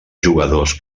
jugadors